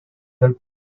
del